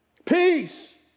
Peace